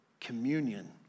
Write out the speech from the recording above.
communion